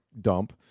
dump